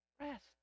Rest